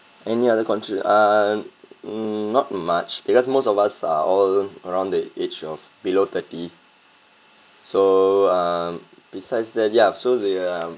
any other country err not much because most of us are all around the age of below thirty so um besides that ya so the um